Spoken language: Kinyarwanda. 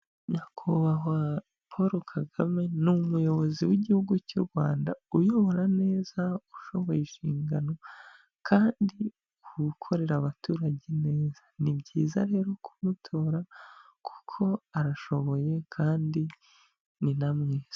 Nyakubahwa Paul Kagame ni umuyobozi w'igihugu cy'u Rwanda uyobora neza, ushoboye inshingano kandi ukorera abaturage neza. Ni byiza rero kumutora kuko arashoboye kandi ni na mwiza.